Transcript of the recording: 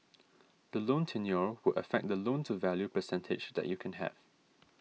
the loan tenure will affect the loan to value percentage that you can have